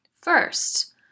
First